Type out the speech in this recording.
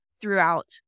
throughout